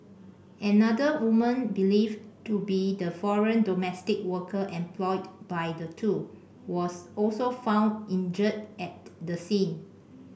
another woman believed to be the foreign domestic worker employed by the two was also found injured at the scene